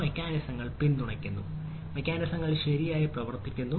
മെക്കാനിസങ്ങൾ പിന്തുണയ്ക്കുന്നു മെക്കാനിസങ്ങൾ ശരിയായി പ്രവർത്തിക്കുന്നു